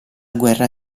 guerra